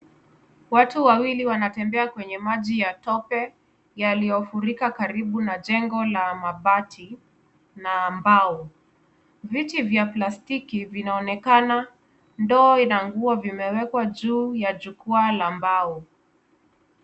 Watu wawili wanatembea kwenye maji ya tope yaliyofurika karibu na jengo la mabati na mbao. Viti vya plastiki vinaonekana, ndoo ina nguo vimewekwa juu ya jukwaa la mbao.